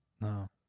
No